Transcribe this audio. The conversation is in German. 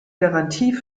garantie